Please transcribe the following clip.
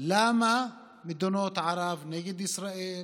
למה מדינות ערב נגד ישראל,